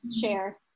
share